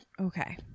Okay